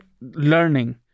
learning